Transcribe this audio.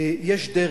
יש דרך,